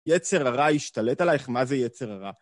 יצר הרע השתלט עלייך, מה זה יצר הרע?